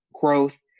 Growth